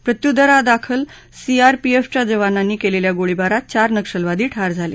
प्रत्युत्तरादाखल सीआरपीएफच्या जवानांनी केलेल्या गोळीबारात चार नक्षलवादी ठार झाले